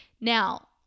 Now